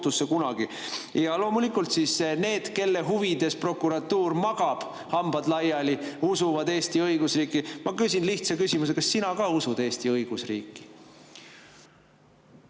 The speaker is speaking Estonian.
Loomulikult need, kelle huvides prokuratuur magab, hambad laiali, usuvad Eesti õigusriiki. Ma küsin lihtsa küsimuse: kas sina usud Eesti õigusriiki?